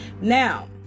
Now